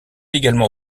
également